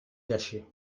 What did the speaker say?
gâché